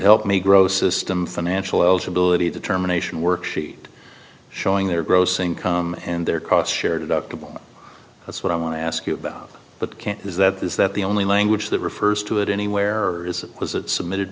help me grow system financial eligibility determination worksheet showing their gross income and their cost shared adoptable that's what i want to ask you about but can't is that is that the only language that refers to it anywhere or is it was it submitted